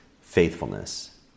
faithfulness